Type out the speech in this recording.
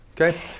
Okay